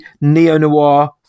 neo-noir